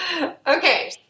Okay